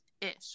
ish